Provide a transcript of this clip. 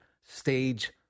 stage